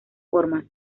formas